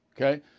Okay